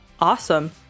awesome